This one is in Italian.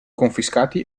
confiscati